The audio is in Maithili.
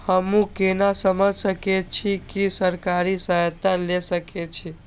हमू केना समझ सके छी की सरकारी सहायता ले सके छी?